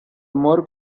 more